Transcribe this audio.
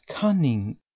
cunning